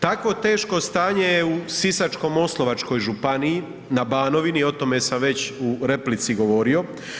Takvo teško stanje je u Sisačko-moslavačkoj županiji, na Banovini, o tome sam već u replici govorio.